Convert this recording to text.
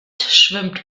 schwimmt